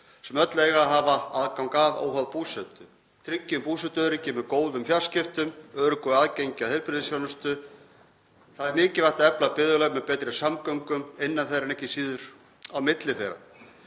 sem öll eiga að hafa aðgang að óháð búsetu. Við tryggjum búsetuöryggi með góðum fjarskiptum og með öruggu aðgengi að heilbrigðisþjónustu. Það er mikilvægt að efla byggðarlög með betri samgöngum innan þeirra en ekki síður á milli þeirra.